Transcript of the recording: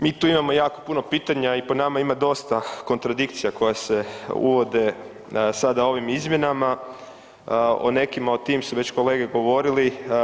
Mi tu imamo jako puno pitanja i po nama ima dosta kontradikcija koja se uvode sada ovim izmjenama, o nekima o tim su već kolege govorili.